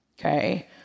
okay